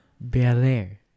Bel-Air